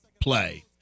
play